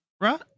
right